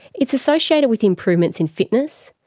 it's associated with improvements in fitness,